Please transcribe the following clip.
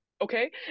okay